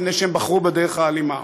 מפני שהם בחרו בדרך האלימה.